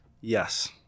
Yes